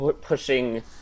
pushing